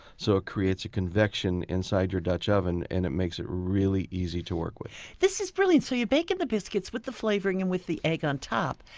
so ah creates a convection inside your dutch oven, and it makes it really easy to work with this is brilliant so you're baking the biscuits with the flavoring and with the egg on top.